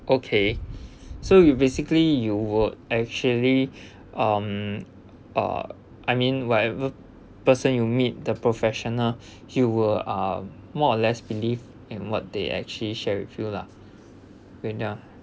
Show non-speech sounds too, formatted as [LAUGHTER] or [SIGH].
okay so you basically you would actually [BREATH] um uh I mean whatever person you meet the professional you will uh more or less believe and what they actually share with you the lah